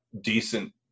Decent